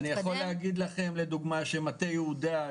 אני יכול להגיד לכם לדוגמה שמטה יהודה,